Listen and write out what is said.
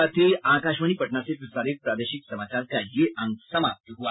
इसके साथ ही आकाशवाणी पटना से प्रसारित प्रादेशिक समाचार का ये अंक समाप्त हुआ